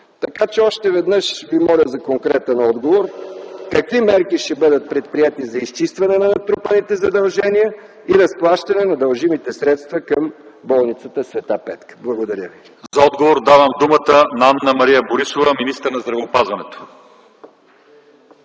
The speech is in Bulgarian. Така че още веднъж Ви моля за конкретен отговор: какви мерки ще бъдат предприети за изчистване на натрупаните задължения и разплащане на дължимите средства към болницата „Св. Петка”? Благодаря. ПРЕДСЕДАТЕЛ ЛЪЧЕЗАР ИВАНОВ: Благодаря. За отговор давам думата на Анна-Мария Борисова - министър на здравеопазването.